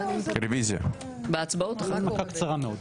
הנמקה קצרה מאוד.